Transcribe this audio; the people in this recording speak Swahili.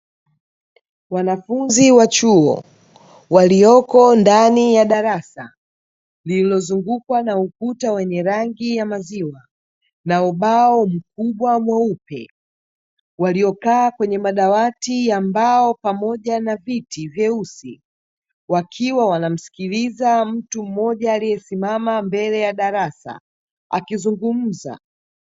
Wanafunzi wa chuo walioko ndani ya darasa lililozungukwa na ukuta wenye rangi ya maziwa na ubao mkubwa mweupe, waliokaa kwenye madawati ya mbao pamoja na viti vyeusi wakiwa wanamsikiliza mtu mmoja aliyesimama mbele ya darasa akizungumza.